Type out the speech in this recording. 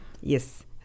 Yes